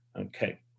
Okay